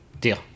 Deal